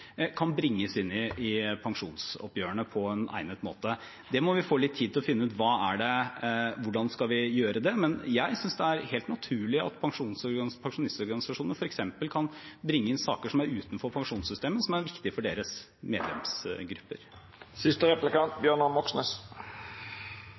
kan bringes inn i pensjonsoppgjørene på en egnet måte. Vi må få litt tid til å finne ut hvordan vi skal gjøre det, men jeg synes det er helt naturlig at f.eks. pensjonistorganisasjonene kan bringe inn saker som er utenfor pensjonssystemet, og som er viktig for deres